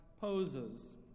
poses